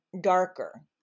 darker